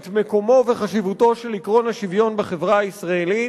את מקומו וחשיבותו של עקרון השוויון בחברה הישראלית,